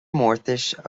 mórtais